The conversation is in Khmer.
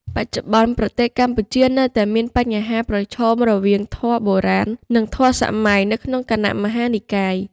បច្ចុប្បន្ន ប្រទេសកម្ពុជានៅតែមានបញ្ហាប្រឈមរវាងធម៌បុរាណ និងធម៌សម័យនៅក្នុងគណៈមហានិកាយ។